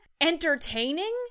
entertaining